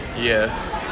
Yes